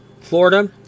Florida